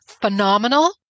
phenomenal